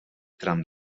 tram